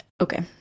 Okay